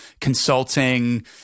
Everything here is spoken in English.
consulting